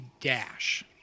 dash